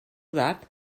that